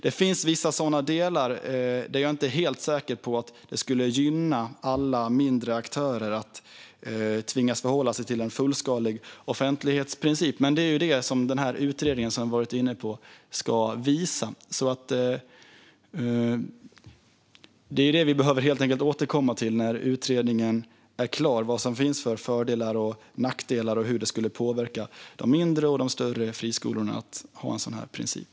Det finns vissa sådana delar där jag inte är helt säker på att det skulle gynna alla mindre aktörer att tvingas förhålla sig till en fullskalig offentlighetsprincip. Det är det som utredningen som vi har varit inne på ska visa. När den utredningen är klar behöver vi återkomma till vilka fördelar och nackdelar som finns och hur det skulle påverka de mindre och de större friskolorna att ha en sådan här princip.